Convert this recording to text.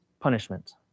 punishment